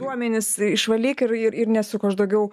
duomenis išvalyk ir ir nesuko aš daugiau